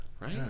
Right